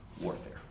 warfare